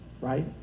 right